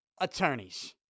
Attorneys